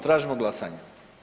Tražimo glasanje.